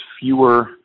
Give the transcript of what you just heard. fewer